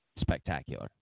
spectacular